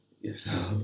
Yes